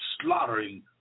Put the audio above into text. slaughtering